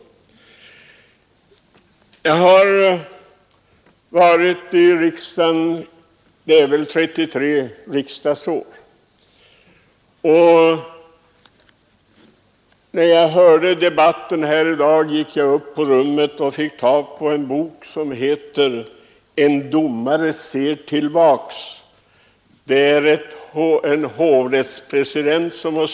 Jag har deltagit i riksdagsarbetet under 33 riksdagar. När jag i dag hörde debatten, gick jag upp på mitt rum och fick tag på en bok som heter ”En domare ser tillbaka”. Den har skrivits av en hovrättspresident.